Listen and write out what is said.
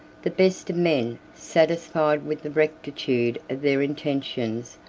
the best of men, satisfied with the rectitude of their intentions,